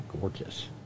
Gorgeous